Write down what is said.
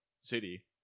City